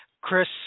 Chris